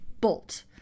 bolt